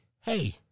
hey